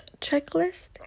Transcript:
checklist